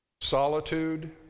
Solitude